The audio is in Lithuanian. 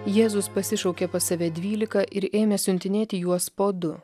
jėzus pasišaukė pas save dvylika ir ėmė siuntinėti juos po du